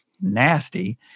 nasty